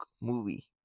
movie